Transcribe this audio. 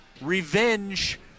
revenge